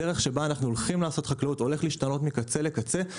הדרך שבה אנחנו הולכים לעשות חקלאות הולכת להשתנות מקצה לקצה,